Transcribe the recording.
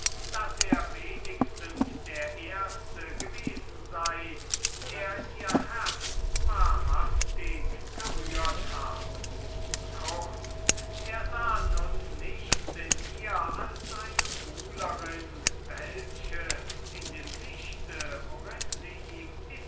zuvorgekommen er doch der erste gewesen sei der ihr herz wahrhaftig gerührt habe kurz er sah nun nichts in ihr als eine buhlerin welche in dem gesichtspunkt worin sie ihm